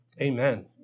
Amen